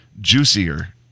Juicier